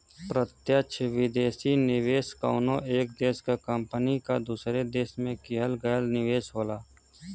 प्रत्यक्ष विदेशी निवेश कउनो एक देश क कंपनी क दूसरे देश में किहल गयल निवेश होला